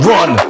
Run